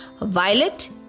Violet